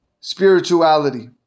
spirituality